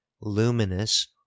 luminous